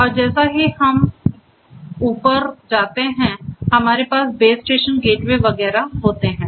और जैसे ही हम ऊपर जाते हैं हमारे पास बेस स्टेशन गेटवे वगैरह होता है